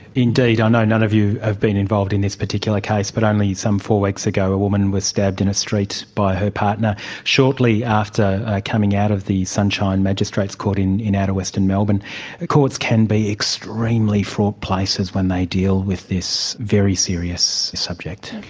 indeed. i know none of you have been involved in this particular case, but only some four weeks ago a woman was stabbed in a street by her partner shortly after coming out of the sunshine magistrates' court in in outer western melbourne. the courts can be extremely fraught places when they deal with this very serious subject.